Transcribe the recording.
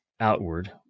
outward